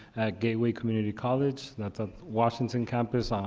gateway community college, that's at washington campus, um